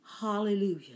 Hallelujah